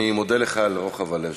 אני מודה לך על רוחב הלב שלך,